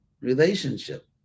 relationship